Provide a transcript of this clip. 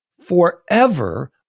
forever